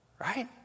Right